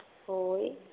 ᱦᱳᱭ